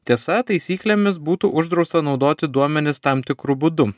tiesa taisyklėmis būtų uždrausta naudoti duomenis tam tikru būdu